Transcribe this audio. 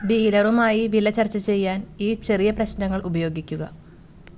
ഡീലറുമായി വില ചർച്ച ചെയ്യാൻ ഈ ചെറിയ പ്രശ്നങ്ങൾ ഉപയോഗിക്കുക